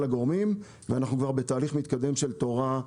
הגורמים ואנחנו כבר בתהליך מתקדם של תורה,